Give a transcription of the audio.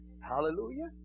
Hallelujah